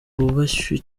bubashywe